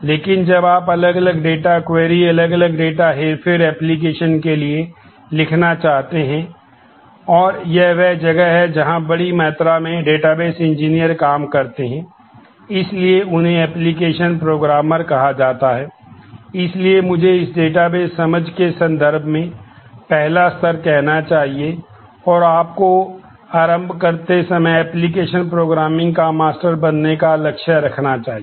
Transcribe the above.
लेकिन जब आप अलग अलग डेटा क्वेरी का मास्टर बनने का लक्ष्य रखना चाहिए